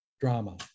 drama